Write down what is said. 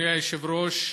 אדוני היושב-ראש,